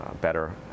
better